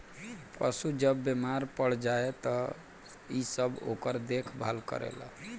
पशु जब बेमार पड़ जाए त इ सब ओकर देखभाल करेल